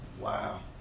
Wow